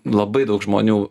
labai daug žmonių